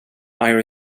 ira